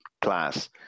class